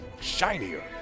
shinier